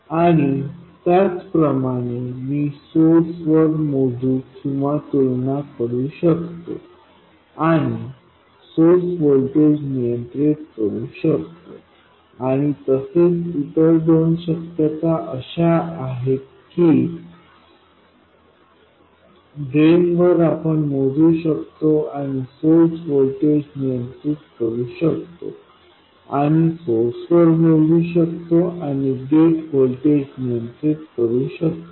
आणि त्याचप्रमाणे मी सोर्स वर मोजू किंवा तुलना करू शकतो आणि सोर्स व्होल्टेज नियंत्रित करू शकतो आणि तसेच इतर दोन शक्यता अशा आहेत की ड्रेन वर आपण मोजू शकतो आणि सोर्स व्होल्टेज नियंत्रित करू शकतो आणि सोर्स वर आपण मोजू शकतो आणि गेट व्होल्टेज नियंत्रित करू शकतो